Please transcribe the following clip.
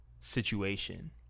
situation